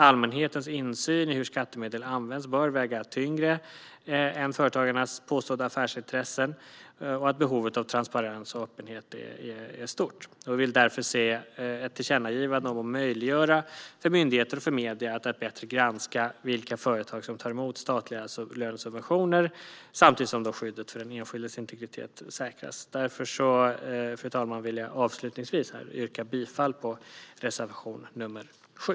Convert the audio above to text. Allmänhetens insyn i hur skattemedel används bör väga tyngre än företagarnas påstådda affärsintressen, och behovet av transparens och öppenhet är stort. Vi vill därför se ett tillkännagivande om att möjliggöra för myndigheter och för medier att bättre granska vilka företag som tar emot statliga lönesubventioner, samtidigt som skyddet för den enskildes integritet säkras. Därför, fru talman, vill jag avslutningsvis yrka bifall till reservation nr 7.